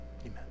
Amen